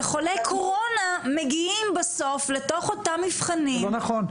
וחולי קורונה מגיעים בסוף לתוך אותם מבחנים --- זה לא נכון.